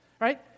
right